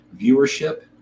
viewership